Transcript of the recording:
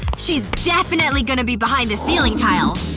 she's definitely going to be behind this ceiling tile